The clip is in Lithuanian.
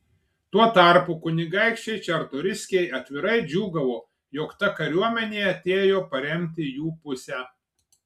tuo tarpu kunigaikščiai čartoriskiai atvirai džiūgavo jog ta kariuomenė atėjo paremti jų pusę